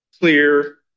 clear